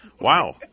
Wow